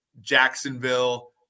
Jacksonville